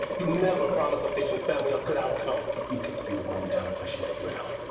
you never promised the patient's family a good outcome you get to be the one to tell her that she's a widow